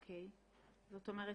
זאת אומרת